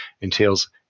entails